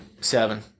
seven